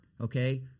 okay